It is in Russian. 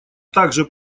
также